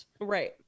Right